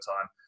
time